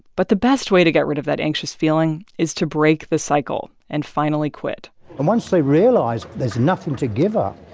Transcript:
but the best way to get rid of that anxious feeling is to break the cycle and finally quit and once they realize there's nothing to give up,